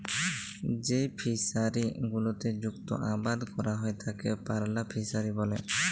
যেই ফিশারি গুলোতে মুক্ত আবাদ ক্যরা হ্যয় তাকে পার্ল ফিসারী ব্যলে